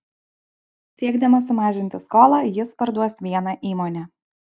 siekdamas sumažinti skolą jis parduos vieną įmonę